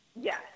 Yes